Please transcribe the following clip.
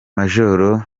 major